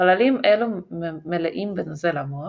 חללים אלו מלאים בנוזל המוח,